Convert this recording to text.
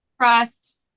trust